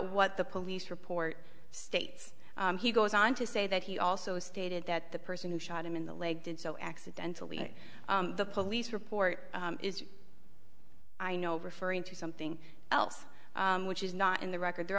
what the police report states he goes on to say that he also stated that the person who shot him in the leg did so accidentally the police report is i know referring to something else which is not in the record there